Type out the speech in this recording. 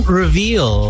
reveal